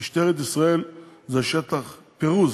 למשטרת ישראל זה שטח מפורז.